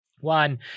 one